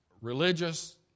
religious